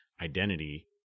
identity